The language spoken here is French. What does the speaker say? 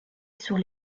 sur